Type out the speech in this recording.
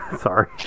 Sorry